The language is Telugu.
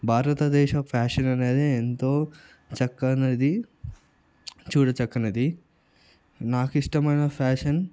భారతదేశం ఫ్యాషన్ అనేది ఎంతో చక్కనిది చూడచక్కనిది నాకిష్టమైన ఫ్యాషన్